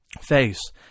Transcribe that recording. face